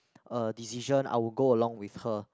a decision I will go along with her